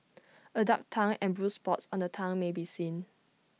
A dark tongue and bruised spots on the tongue may be seen